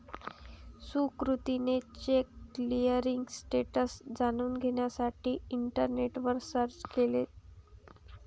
सुकृतीने cheque clearing status जाणून घेण्यासाठी इंटरनेटवर सर्च केले